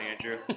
Andrew